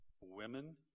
women